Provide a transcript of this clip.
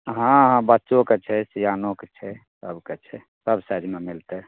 हँ हँ हँ बच्चोके छै सिआनोके छै सभके छै सब साइजमे मिलतै